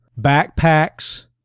backpacks